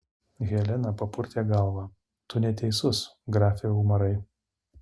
helena papurtė galvą tu neteisus grafe umarai